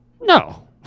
No